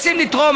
רוצים לתרום,